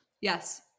yes